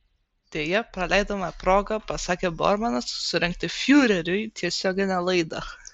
deja praleidome progą pasakė bormanas surengti fiureriui tiesioginę laidą